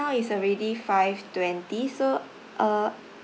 now it's already five twenty so uh